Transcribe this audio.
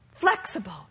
flexible